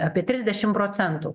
apie trisdešim procentų